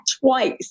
twice